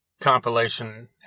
compilation